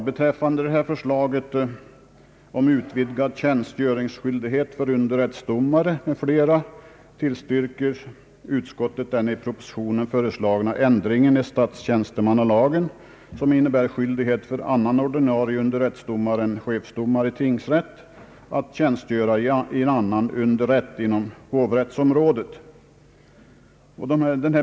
Beträffande förslaget om utvidgad tjänstgöringsskyldighet för underrättsdomare m.fl. tillstyrker utskottet den i propositionen föreslagna ändringen i statstjänstemannalagen, som innebär skyldighet för annan ordinarie underrättsdomare än chefsdomare i tingsrätt att tjänstgöra i en annan underrätt inom hovrättsområdet.